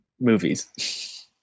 movies